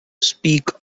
speak